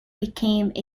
became